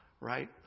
right